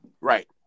Right